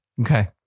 Okay